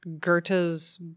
Goethe's